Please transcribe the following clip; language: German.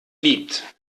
liebt